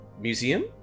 museum